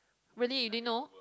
really you didn't know